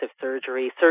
Surgery